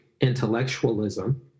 intellectualism